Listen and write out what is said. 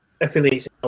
affiliates